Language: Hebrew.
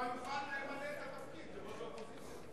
אז הוא כבר יוכל למלא את התפקיד כראש האופוזיציה.